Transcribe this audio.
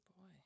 boy